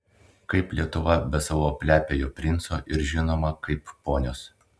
kaip lietuva be savo plepiojo princo ir žinoma kaip ponios